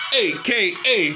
aka